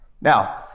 Now